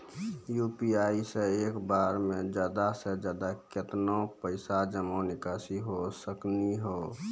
UPI से एक बार मे ज्यादा से ज्यादा केतना पैसा जमा निकासी हो सकनी हो?